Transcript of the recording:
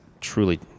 truly